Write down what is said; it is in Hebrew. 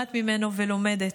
שומעת ממנו ולומדת.